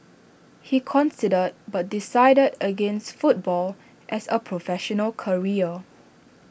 he considered but decided against football as A professional career